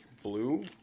blue